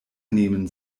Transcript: nehmen